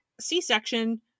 c-section